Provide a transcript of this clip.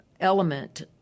element